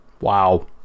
wow